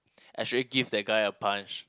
actually give that guy a punch